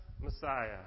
Messiah